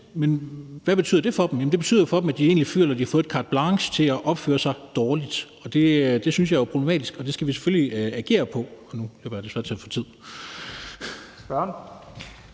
Men hvad betyder det for dem? Det betyder for dem, at de egentlig føler, at de har fået carte blanche til at opføre sig dårligt. Det synes jeg er problematisk, og det skal vi selvfølgelig agere på. Nu løber jeg desværre tør for tid. Kl.